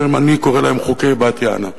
שאני קורא להם: חוקי בת-יענה.